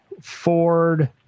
Ford